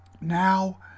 now